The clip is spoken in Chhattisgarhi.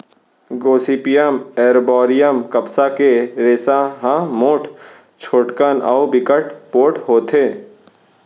गोसिपीयम एरबॉरियम कपसा के रेसा ह मोठ, छोटकन अउ बिकट पोठ होथे